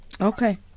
Okay